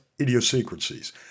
idiosyncrasies